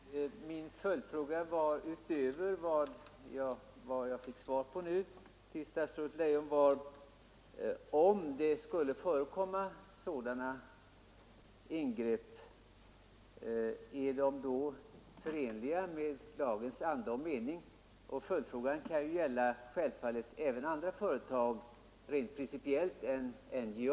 Herr talman! Min följdfråga till statsrådet Leijon var, utöver vad jag fick svar på nu: Om det skulle förekomma sådana ingrepp är de då förenliga med lagens anda och mening? Följdfrågan kan självfallet rent principiellt gälla även andra företag än NJA.